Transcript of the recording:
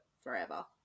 forever